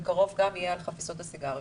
ובקרוב גם יהיה על חפיסות הסיגריות.